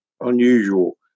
unusual